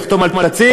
יחתום על תצהיר.